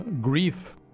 grief